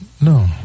no